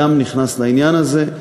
גם נכנס לעניין הזה.